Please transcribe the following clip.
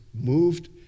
moved